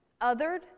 othered